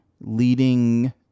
leading